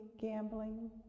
gambling